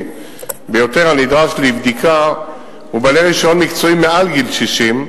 ביותר הנדרש לבדיקה הוא בעלי רשיון מקצועי מעל גיל 60,